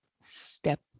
step